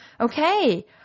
Okay